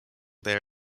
there